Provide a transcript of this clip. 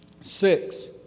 Six